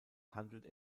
handelt